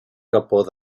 capot